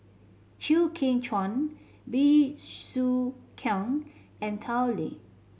Chew Kheng Chuan Bey Soo Khiang and Tao Li